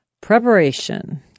Preparation